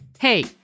Hey